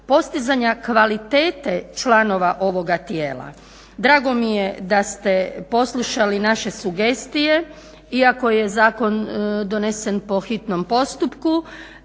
postizanja kvalitete članova ovoga tijela. Drago mi je da ste poslušali naše sugestije iako je zakon donesen po hitnom postupku